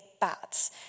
bats